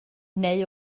neu